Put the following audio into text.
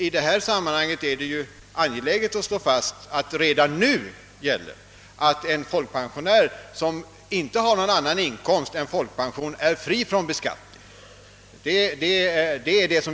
I detta sammanhang är det angeläget att slå fast att redan nu en folkpensionär, som inte har någon annan inkomst än folkpension, är fri från beskattning.